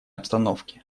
обстановки